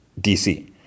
DC